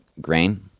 grain